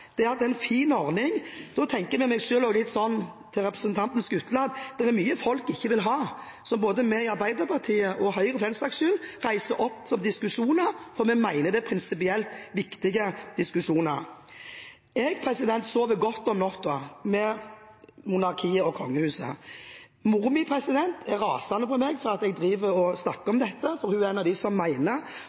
en fin ordning vi har, tenker jeg med meg selv – og sier til representanten Skutle – at det er mye folk ikke vil ha, som både vi i Arbeiderpartiet, og i Høyre for den saks skyld, reiser som diskusjoner, fordi vi mener det er prinsipielt viktige diskusjoner. Jeg sover godt om natten med monarkiet og kongehuset. Moren min er rasende på meg fordi jeg driver og snakker om dette, for hun er en av dem som